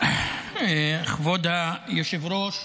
כבוד היושב-ראש,